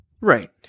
right